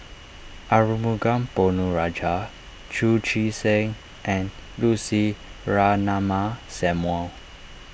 Arumugam Ponnu Rajah Chu Chee Seng and Lucy Ratnammah Samuel